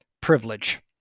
Privilege